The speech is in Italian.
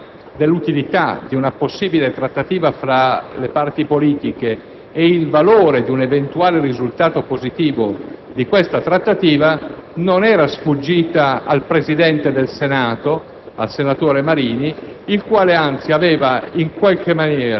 nelle passate settimane il problema dell'utilità di una possibile trattativa fra le parti politiche e del valore di un eventuale risultato positivo di questa trattativa non era sfuggito al presidente del Senato